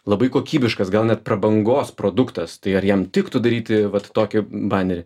labai kokybiškas gal net prabangos produktas tai ar jam tiktų daryti vat tokį banerį